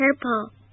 purple